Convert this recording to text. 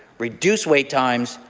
reduce wait times,